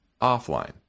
offline